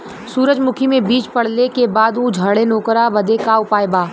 सुरजमुखी मे बीज पड़ले के बाद ऊ झंडेन ओकरा बदे का उपाय बा?